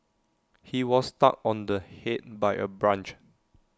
he was struck on the Head by A branch